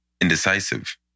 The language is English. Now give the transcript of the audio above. indecisive